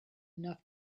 enough